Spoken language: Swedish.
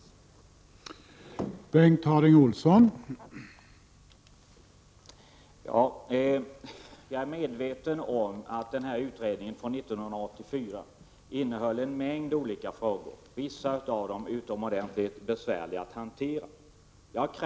ES överträdare